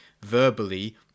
verbally